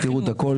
תראו את הכול,